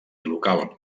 local